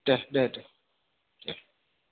दे दे दे